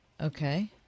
Okay